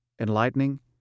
enlightening